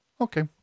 okay